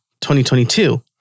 2022